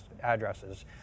addresses